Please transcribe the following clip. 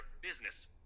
business